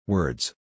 Words